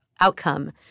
outcome